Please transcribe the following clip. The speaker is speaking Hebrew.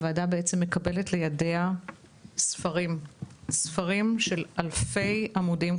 הוועדה מקבלת לידיה ספרים של אלפי עמודים,